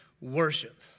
worship